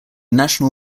national